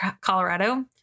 Colorado